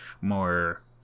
more